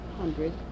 hundred